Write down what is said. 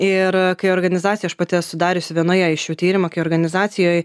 ir kai organizacija aš pati esu dariusi vienoje iš jų tyrimą kai organizacijoj